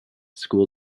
school